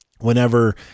whenever